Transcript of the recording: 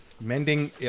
Mending